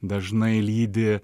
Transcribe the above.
dažnai lydi